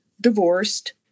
divorced